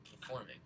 performing